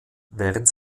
während